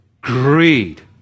Greed